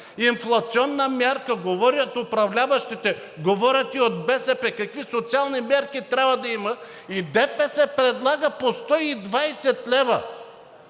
Инфлационна мярка – говорят управляващите, говорят и от БСП какви социални мерки трябва да има. И ДПС предлага по 120 лв.